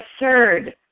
absurd